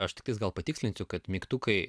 aš tokius gal patikslinsiu kad mygtukai